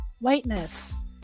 whiteness